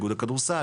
איגוד הכדורסל,